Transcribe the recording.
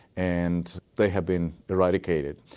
and they have been eradicated.